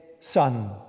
son